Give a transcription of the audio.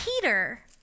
peter